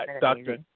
Doctor